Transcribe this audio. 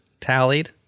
tallied